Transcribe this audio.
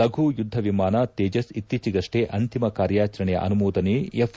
ಲಘು ಯುದ್ದ ವಿಮಾನ ತೇಜಸ್ ಇತ್ತೀಚೆಗಷ್ಷೇ ಅಂತಿಮ ಕಾರ್ಯಾಚರಣೆಯ ಅನುಮೋದನೆ ಎಫ್